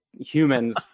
humans